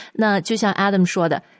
那就像Adam说的